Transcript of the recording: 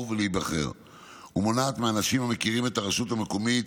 ולהיבחר ומונעת מאנשים המכירים את הרשות המקומית